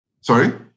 Sorry